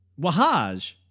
Wahaj